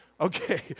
Okay